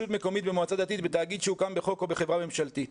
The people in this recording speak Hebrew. מקומית ובמועצה דתית בתאגיד שהוקם בחוק או בחברה ממשלתית.